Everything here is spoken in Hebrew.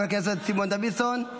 חבר הכנסת סימון דוידסון,